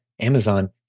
Amazon